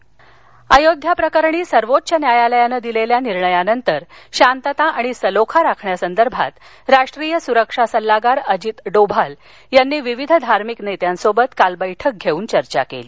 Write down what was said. सरक्षा अयोध्या प्रकरणी सर्वोच्च न्यायालयानं दिलेल्या निर्णयानंतर शांतता आणि सलोखा राखण्यासंदर्भात राष्ट्रीय सुरक्षा सल्लागार अजित डोभाल यांनी विविध धार्मिक नेत्यांसोबत काल बैठक घेऊन चर्चा केली